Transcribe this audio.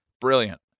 brilliant